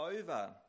over